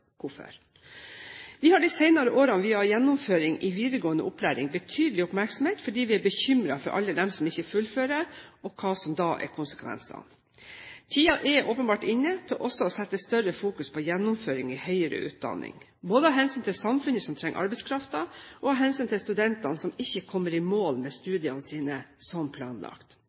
hvorfor. Vi har de senere årene viet gjennomføring i videregående opplæring betydelig oppmerksomhet fordi vi er bekymret for alle dem som ikke fullfører, og hva som da er konsekvensene. Tiden er åpenbart inne til også å sette større fokus på gjennomføring i høyere utdanning, både av hensyn til samfunnet, som trenger arbeidskraften, og av hensyn til studentene, som ikke kommer i mål med studiene sine som planlagt.